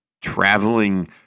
traveling